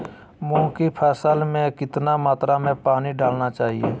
मूंग की फसल में कितना मात्रा में पानी डालना चाहिए?